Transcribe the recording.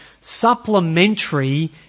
supplementary